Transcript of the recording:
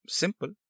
simple